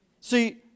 See